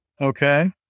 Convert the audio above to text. okay